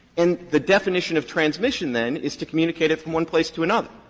and the definition of transmission, then, is to communicate it from one place to another.